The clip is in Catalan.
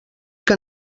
que